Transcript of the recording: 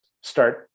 start